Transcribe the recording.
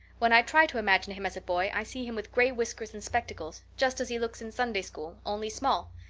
when i try to imagine him as a boy i see him with gray whiskers and spectacles, just as he looks in sunday school, only small.